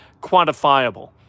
quantifiable